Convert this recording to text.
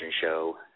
show